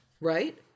right